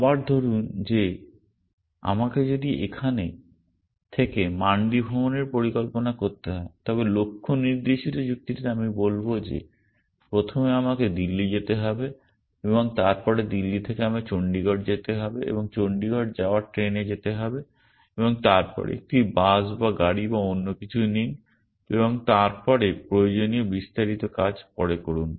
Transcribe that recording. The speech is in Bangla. আবার ধরুন যে আমাকে যদি এখান থেকে মান্ডি ভ্রমণের পরিকল্পনা করতে হয় তবে লক্ষ্য নির্দেশিত যুক্তিতে আমি বলব যে প্রথমে আমাকে দিল্লি যেতে হবে এবং তারপরে দিল্লি থেকে আমাকে চণ্ডীগড় যেতে হবে বা চণ্ডীগড় যাওয়ার ট্রেনে যেতে হবে এবং তারপরে একটি বাস বা গাড়ি বা অন্য কিছু নিন এবং তারপরে প্রয়োজনীয় বিস্তারিত কাজ পরে করুন